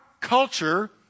culture